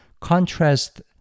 contrast